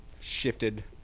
shifted